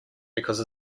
because